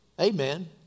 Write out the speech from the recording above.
Amen